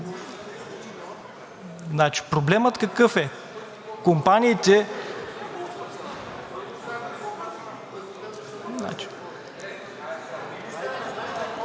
Проблемът какъв е? Компаниите…